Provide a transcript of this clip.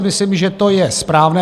Myslím si, že to je správné.